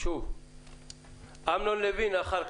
אחר כך אמנון לבנה.